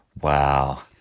Wow